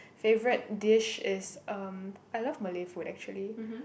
favourite dish is um I love Malay food actually